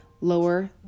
lower